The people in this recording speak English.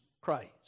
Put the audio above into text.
Christ